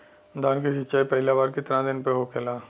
धान के सिचाई पहिला बार कितना दिन पे होखेला?